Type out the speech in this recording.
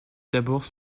d’ailleurs